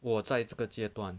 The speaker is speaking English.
我在这个阶段